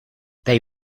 they